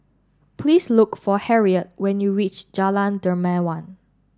please look for Harriette when you reach Jalan Dermawan